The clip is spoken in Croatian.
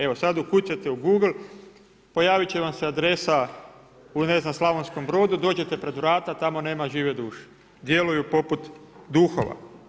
Evo, sad ukucajte u Google, pojaviti će vam se adresa u ne znam u Slavonskom Brodu, dođete pred vrata, tamo nema žive duše, djeluju poput duhova.